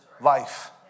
life